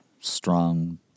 strong